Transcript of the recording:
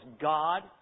God